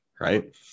right